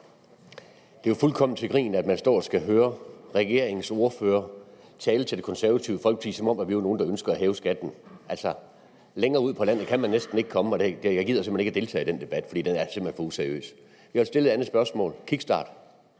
Det jo fuldkommen til grin, at man skal stå og høre en af regeringens ordførere tale til Det Konservative Folkeparti, som om vi var nogle, der ønskede at hæve skatten. Altså, længere ud på landet kan man næsten ikke komme, og jeg gider simpelt hen ikke deltage i den debat, for den er simpelt hen for useriøs. Jeg vil stille et andet spørgsmål med